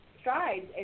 strides